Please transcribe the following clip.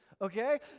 Okay